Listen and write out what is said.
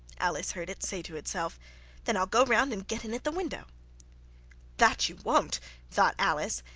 alice heard it say to itself then i'll go round and get in at the window that you won't thought alice,